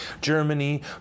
Germany